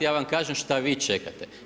Ja vam kažem šta vi čekate.